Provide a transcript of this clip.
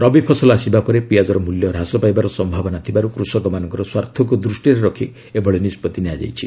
ରବି ଫସଲ ଆସିବା ପରେ ପିଆଜର ମୂଲ୍ୟ ହ୍ରାସ ପାଇବାର ସମ୍ଭାବନା ଥିବାରୁ କୃଷକମାନଙ୍କର ସ୍ୱାର୍ଥକୁ ଦୃଷ୍ଟିରେ ରଖି ଏଭଳି ନିଷ୍ପଭି ନିଆଯାଇଛି